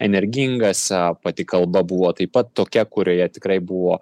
energingas a pati kalba buvo taip pat tokia kurioje tikrai buvo